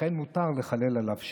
ולכן מותר לחלל עליו שבת.